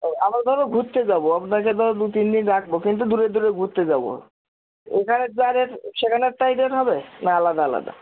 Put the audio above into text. ও আমরা ধরো ঘুরতে যাবো আপনাকে তো দু তিন দিন রাখবো কিন্তু দূরে দূরে ঘুরতে যাবো এখানের যা রেট সেখানের তাই রেট হবে না আলাদা আলাদা